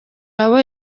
abo